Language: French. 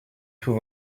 tous